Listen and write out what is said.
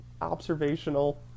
observational